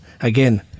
again